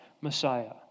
Messiah